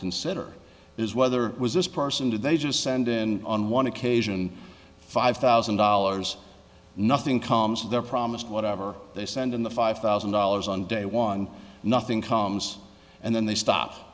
consider is whether was this person did they just send in on one occasion five thousand dollars nothing comes their promised whatever they send in the five thousand dollars on day one nothing comes and then they stop